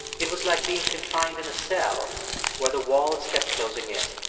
it was like being confined in a cell where the walls kept closing in